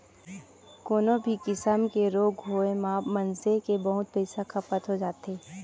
कोनो भी किसम के रोग होय म मनसे के बहुत पइसा खतम हो जाथे